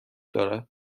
دارد